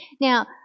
Now